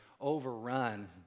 overrun